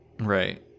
right